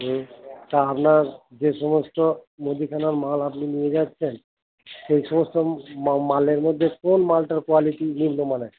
হুম তা আপনার যে সমস্ত মুদিখানার মাল আপনি নিয়ে যাচ্ছেন সেই সমস্ত মালের মধ্যে কোন মালটার কোয়ালিটি নিম্নমানের